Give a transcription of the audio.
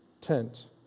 tent